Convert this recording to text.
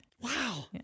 Wow